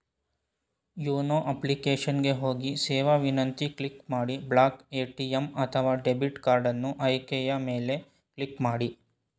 YONO application ಗೆ ಹೋಗಿ ಸೇವಾ ವಿನಂತಿ ಕ್ಲಿಕ್ ಮಾಡಿ ಬ್ಲಾಕ್ ಎ.ಟಿ.ಎಂ ಅಥವಾ ಡೆಬಿಟ್ ಕಾರ್ಡನ್ನು ಆಯ್ಕೆಯ ಮೇಲೆ ಕ್ಲಿಕ್ ಮಾಡಿ